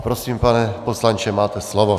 Prosím, pane poslanče, máte slovo.